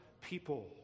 people